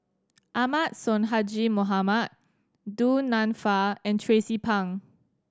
Ahmad Sonhadji Mohamad Du Nanfa and Tracie Pang